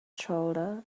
shoulder